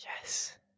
Yes